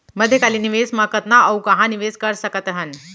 मध्यकालीन निवेश म कतना अऊ कहाँ निवेश कर सकत हन?